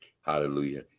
hallelujah